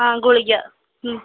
ആ ഗുളിക